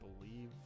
believe